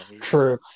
True